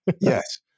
Yes